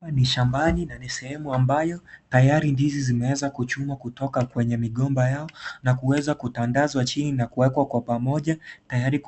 Hapa ni shambani na ni sehemu ambayo tayari ndizi zimeweza kuchunwa kwenye migomba yao na kuweza kutandaza chini na kuwekwa kwa pamoja tayari